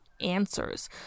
answers